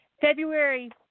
February